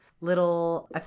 little